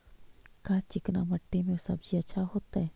का चिकना मट्टी में सब्जी अच्छा होतै?